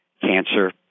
cancer